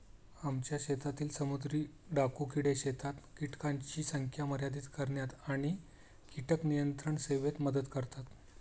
आमच्या शेतातील समुद्री डाकू किडे शेतात कीटकांची संख्या मर्यादित करण्यात आणि कीटक नियंत्रण सेवेत मदत करतात